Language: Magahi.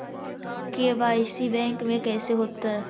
के.वाई.सी बैंक में कैसे होतै?